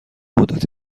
مدت